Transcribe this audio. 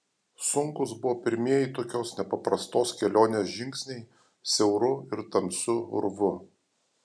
sunkūs buvo pirmieji tokios nepaprastos kelionės žingsniai siauru ir tamsiu urvu